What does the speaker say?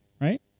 Right